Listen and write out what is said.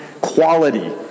quality